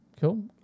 Cool